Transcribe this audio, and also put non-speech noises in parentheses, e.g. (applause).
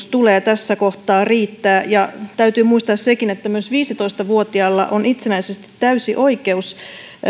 (unintelligible) tulee tässä kohtaa riittää ja täytyy muistaa sekin että myös viisitoista vuotiaalla on itsenäisesti täysi oikeus